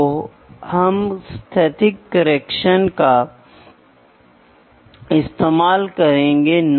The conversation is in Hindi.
तो यह डायरेक्ट नहीं है यह इनडायरेक्ट हो जाता है और मूल्य प्राप्त करता है